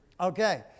Okay